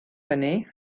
hynny